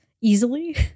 easily